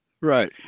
right